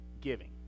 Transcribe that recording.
giving